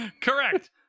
correct